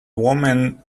woman